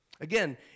Again